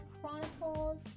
chronicles